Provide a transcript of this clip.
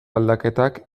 aldaketak